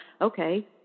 okay